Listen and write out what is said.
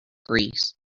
greece